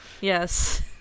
Yes